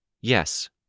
Yes